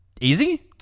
Easy